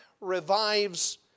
revives